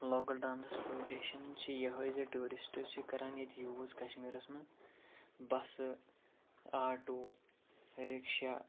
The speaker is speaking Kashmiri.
لوکَل ٹرٛانَسپوٹیشَن چھِ یِہوٚے زِ ٹوٗرِسٹ چھِ کَران ییٚتہِ یوٗز کَشمیٖرَس منٛز بَسہٕ آٹوٗ رِکشا